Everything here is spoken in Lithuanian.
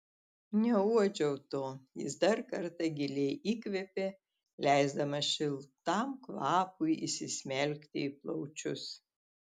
neuodžiau to jis dar kartą giliai įkvėpė leisdamas šiltam kvapui įsismelkti į plaučius